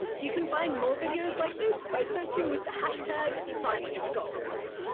you can find more videos like this by searching with the hashtag sciencegoals